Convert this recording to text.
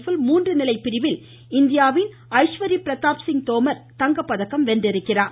பிள் மூன்று நிலை பிரிவில் இந்தியாவின் ஐஸ்வரி பிரதாப் சிங் தோமர் தங்கப்பதக்கம் வென்றுள்ளார்